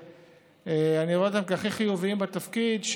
שאני רואה אותם כהכי חיוביים בתפקיד,